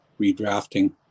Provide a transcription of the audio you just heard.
redrafting